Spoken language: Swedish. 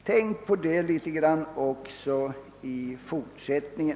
Tänk på det en smula också i fortsättningen!